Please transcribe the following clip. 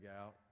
out